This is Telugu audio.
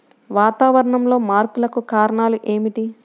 వాతావరణంలో మార్పులకు కారణాలు ఏమిటి?